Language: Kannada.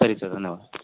ಸರಿ ಸರ್ ಧನ್ಯವಾದ